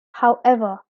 however